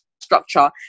structure